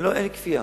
אין כפייה,